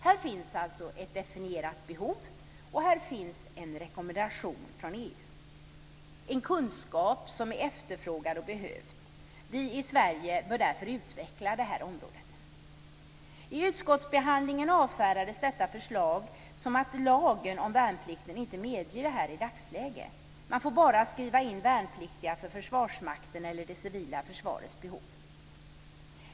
Här finns alltså ett definierat behov, och här finns en rekommendation från EU. Det är en kunskap som är efterfrågad och behövd. Vi i Sverige bör därför utveckla det här området. I utskottsbehandlingen avfärdades detta förslag med att lagen om värnplikt inte medger detta i dagsläget. Man får bara skriva in värnpliktiga för Försvarsmaktens eller det civila försvarets behov.